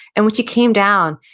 and when she came down,